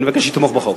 אני מבקש לתמוך בחוק.